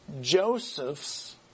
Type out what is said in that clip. Joseph's